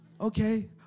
Okay